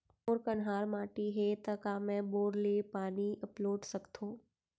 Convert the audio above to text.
मोर कन्हार माटी हे, त का मैं बोर ले पानी अपलोड सकथव?